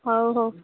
ହଉ ହଉ